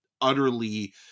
utterly